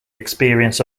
experience